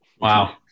Wow